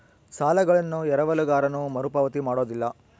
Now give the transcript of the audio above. ಸಾಲಗಳನ್ನು ಎರವಲುಗಾರನು ಮರುಪಾವತಿ ಮಾಡೋದಿಲ್ಲ